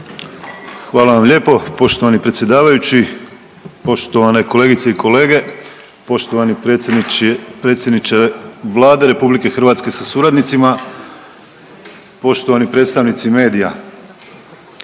Hvala vam lijepo poštovani predsjedavajući, poštovane kolegice i kolege, poštovani predsjedniče Vlade RH sa suradnicima, poštovani predstavnici medija.